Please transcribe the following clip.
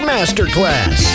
Masterclass